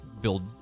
build